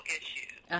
issues